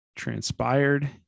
transpired